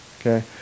Okay